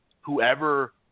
whoever